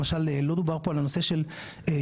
למשל, לא דובר פה על הנושא של ילדים.